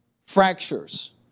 fractures